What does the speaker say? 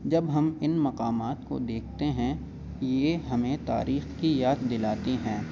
جب ہم ان مقامات کو دیکھتے ہیں یہ ہمیں تاریخ کی یاد دلاتی ہیں